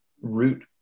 root